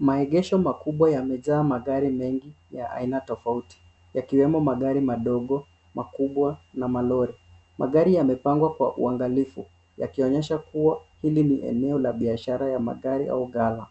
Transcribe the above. Maegesho makubwa yamejaa magari mengi ya aina tofauti yakiwemo magari madogo, makubwa na malori. Magari yamepangwa kwa uangalifu yakionyesha kuwa hili ni eneo la biashara ya magari au gala.